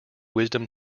wisdom